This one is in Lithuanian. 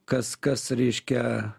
kas kas reiškia